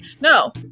no